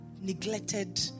neglected